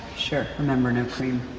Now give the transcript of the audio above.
sure. remember, no cream.